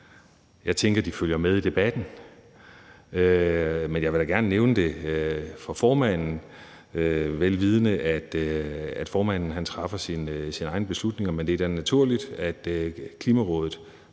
Jeg tænker, at de følger med i debatten. Men jeg vil da gerne nævne det for formanden, vel vidende at formanden træffer sine egne beslutninger. Men det er da naturligt, at Klimarådet